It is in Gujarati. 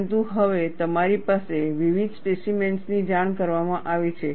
પરંતુ હવે તમારી પાસે વિવિધ સ્પેસિમેન્સ ની જાણ કરવામાં આવી છે